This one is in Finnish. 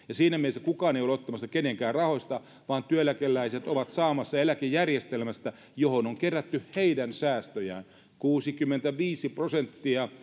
ja siinä mielessä kukaan ei ole ottamassa kenenkään rahoista vaan työeläkeläiset ovat saamassa eläkejärjestelmästä johon on kerätty heidän säästöjään kuusikymmentäviisi prosenttia